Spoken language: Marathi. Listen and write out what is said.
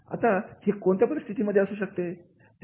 आता हे कोणत्या परिस्थितीमध्ये असू शकते